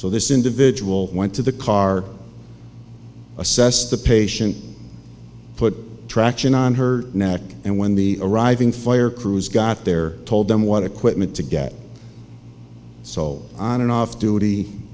so this individual went to the car assess the patient put traction on her neck and when the arriving fire crews got there told them what equipment to get sold on an off duty